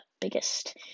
biggest